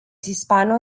hispano